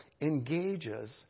engages